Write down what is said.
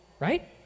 Right